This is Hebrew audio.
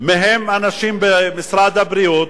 מהם אנשים במשרד הבריאות,